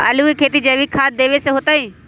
आलु के खेती जैविक खाध देवे से होतई?